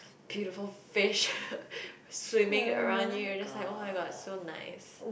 beautiful fish swimming around you and just like oh my god so nice